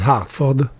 Hartford